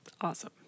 Awesome